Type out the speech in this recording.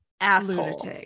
asshole